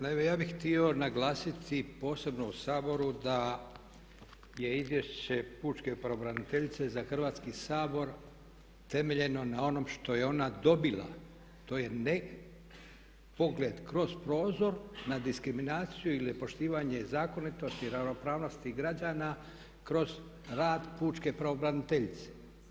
Naime ja bih htio naglasiti posebno u Saboru da je Izvješće pučke pravobraniteljice za Hrvatski sabor temeljeno na onom što je ona dobila, to je ne pogled kroz prozor na diskriminaciju ili nepoštivanje zakonitosti i ravnopravnosti građana kroz rad pučke pravobraniteljice.